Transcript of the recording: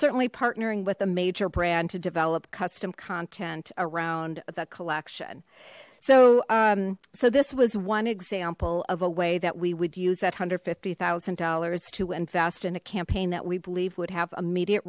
certainly partnering with a major brand to develop custom content around the collection so so this was one example of a way that we would use at one hundred and fifty thousand dollars to invest in a campaign that we believe would have immediate